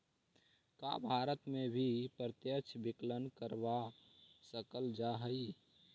का भारत में भी प्रत्यक्ष विकलन करवा सकल जा हई?